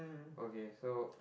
okay so